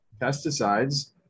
pesticides